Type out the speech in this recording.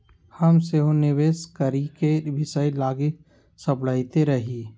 हम सेहो निवेश करेके विषय लागी सपड़इते रही